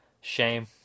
Shame